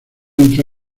entre